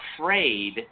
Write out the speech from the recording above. afraid